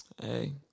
Hey